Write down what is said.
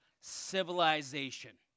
civilization